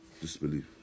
disbelief